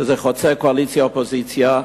שזה חוצה קואליציה ואופוזיציה: